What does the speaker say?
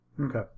Okay